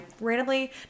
randomly